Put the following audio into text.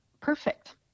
perfect